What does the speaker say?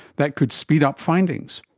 that could speed up findings,